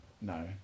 No